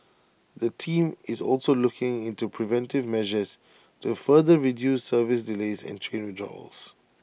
the team is also looking into preventive measures to further reduce service delays and train withdrawals